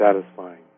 satisfying